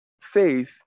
Faith